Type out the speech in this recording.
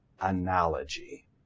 analogy